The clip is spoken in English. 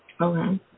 Okay